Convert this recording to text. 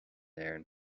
éirinn